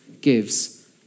gives